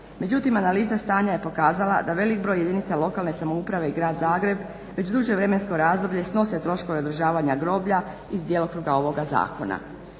Međutim, analiza stanja je pokazala da velik broj jedinica lokalne samouprave i Grad Zagreb već duže vremensko razdoblje snose troškove održavanja groblja iz djelokruga ovoga zakona.